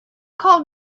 call